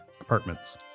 apartments